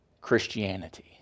Christianity